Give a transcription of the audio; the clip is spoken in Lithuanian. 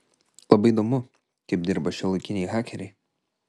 labai įdomu kaip dirba šiuolaikiniai hakeriai